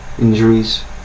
injuries